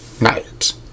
Night